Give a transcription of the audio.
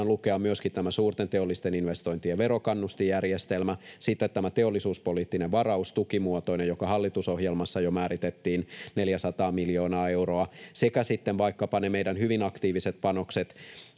lukea myöskin tämä suurten teollisten investointien verokannustinjärjestelmä, sitten tämä teollisuuspoliittinen varaus, tukimuotoinen, joka hallitusohjelmassa jo määritettiin, 400 miljoonaa euroa, sekä sitten vaikkapa ne meidän hyvin aktiiviset panokset